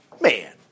Man